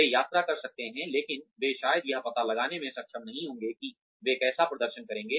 वे यात्रा कर सकते हैं लेकिन वे शायद यह पता लगाने में सक्षम नहीं होंगे कि वे कैसा प्रदर्शन करेंगे